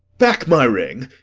back my ring.